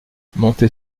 monter